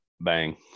Bang